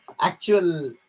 actual